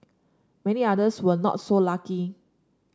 many others will not so lucky